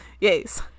yes